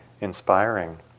inspiring